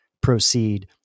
proceed